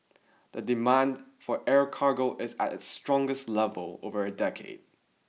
the demand for air cargo is at its strongest level over a decade